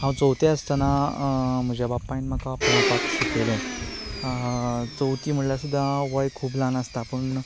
हांव चवथेंत आसतना म्हज्या बापायन म्हाका पेंवपाक शिकयलो चवथी म्हणल्यार सुद्दां वय खूब ल्हान आसता पूण